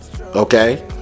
Okay